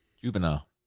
Juvenile